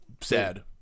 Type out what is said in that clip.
Sad